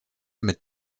mit